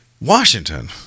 washington